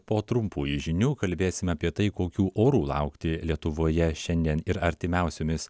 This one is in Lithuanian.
po trumpųjų žinių kalbėsime apie tai kokių orų laukti lietuvoje šiandien ir artimiausiomis